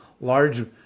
large